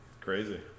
crazy